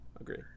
agree